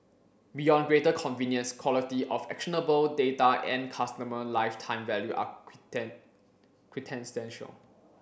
beyond greater convenience quality of actionable data and customer lifetime value are quintessential